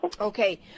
Okay